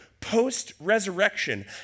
post-resurrection